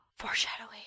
foreshadowing